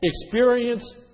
experience